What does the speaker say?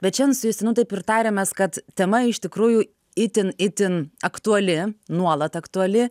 bet šiandien su justinu taip ir tariamės kad tema iš tikrųjų itin itin aktuali nuolat aktuali